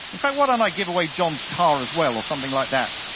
in fact, why don't i give away john's car as well, or something like that?